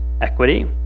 equity